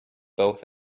both